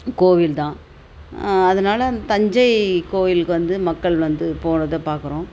கோவில் தான் அதனால் அந்த தஞ்சை கோயிலுக்கு வந்து மக்கள் வந்து போகறத பார்க்குறோம்